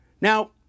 Now